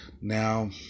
Now